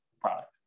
product